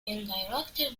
indirectly